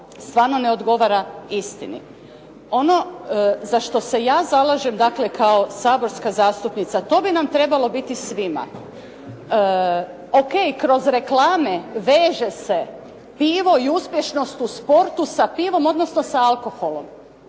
stvarno ne odgovara istini. Ono za što se ja zalažem, dakle, kao saborska zastupnica, to bi nam trebalo biti svima. O.K., kroz reklame veže se pivo i uspješnost u sportu sa pivom, odnosno sa alkoholom,